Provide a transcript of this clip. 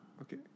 Okay